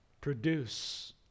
produce